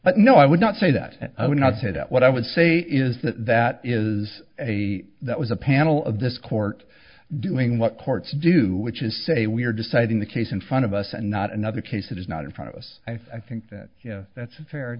but no i would not say that i would not say that what i would say is that that is a that was a panel of this court doing what courts do which is say we're deciding the case in front of us and not another case that is not in front of us i think that that's a fair